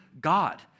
God